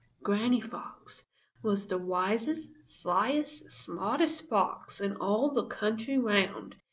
granny fox was the wisest, slyest, smartest fox in all the country round,